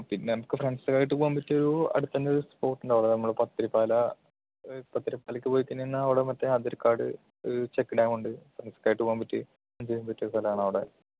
പിന്നെ നമുക്ക് ഫ്രണ്ട്സായിട്ട് പോകാൻ പറ്റിയൊരു അടുത്തന്നൊരു സ്പോട്ടുണ്ട് അവിടെ നമ്മുടെ പത്തടി പാലാ പത്തടി പാലക്ക് പോയി കഴിഞ്ഞാന്നാ അവിടെ മറ്റെ അകരക്കാട് ഒരു ചെക്ക് ഡാമുണ്ട് ഫ്രണ്ട്സായിട്ട് പോകാൻ പറ്റിയ എൻജോയ് പറ്റിയ സ്ഥലമാണവിടെ